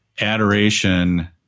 adoration